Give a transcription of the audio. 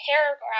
paragraph